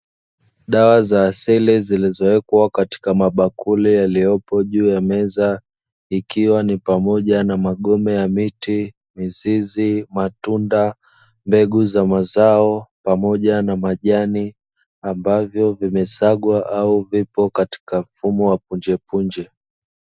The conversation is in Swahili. Dawa za asili zilizowekwa katika mabakuli yaliyopo juu ya meza, ikiwa ni pamoja na: magome ya miti, mizizi, matunda, mbegu za mazao, pamoja na majani; ambavyo vimesagwa au vipo katika mfumo wa punje punje.